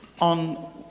on